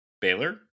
Baylor